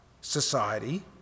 society